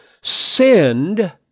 send